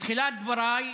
בתחילת דבריי,